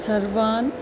सर्वान्